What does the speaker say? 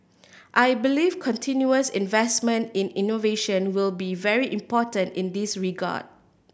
I believe continuous investment in innovation will be very important in this regard